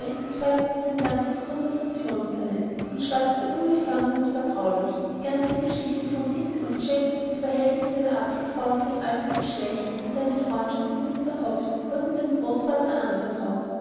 entfaltete sein ganzes konversationstalent und schwatzte unbefangen und vertraulich die ganze geschichte von dick und jack die verhältnisse der apfelfrau aus altem geschlecht und seine freundschaft mit mr hobbs wurden dem großvater anvertraut